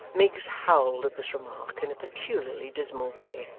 miggs howled at this remark, in a peculiarly dismal way,